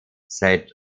said